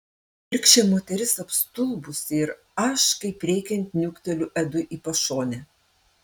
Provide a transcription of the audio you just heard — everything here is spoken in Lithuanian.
vargšė moteris apstulbusi ir aš kaip reikiant niukteliu edui į pašonę